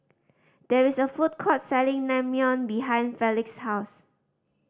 there is a food court selling Naengmyeon behind Felix's house